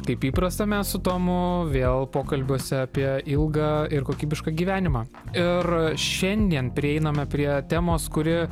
kaip įprasta mes su tomu vėl pokalbiuose apie ilgą ir kokybišką gyvenimą ir šiandien prieiname prie temos kuri